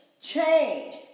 change